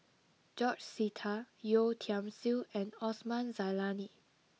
George Sita Yeo Tiam Siew and Osman Zailani